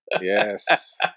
Yes